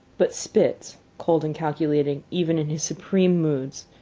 but spitz, cold and calculating even in his supreme moods,